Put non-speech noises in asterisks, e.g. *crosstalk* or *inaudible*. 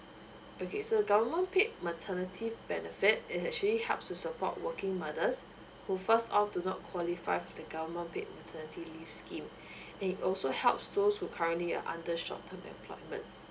okay so government paid maternity benefit is actually helps to support working mothers who first all do not qualify for the government paid maternity leave scheme *breath* and it also helps those who currently at under short term employments